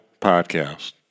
Podcast